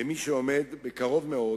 למי שעומד בקרוב מאוד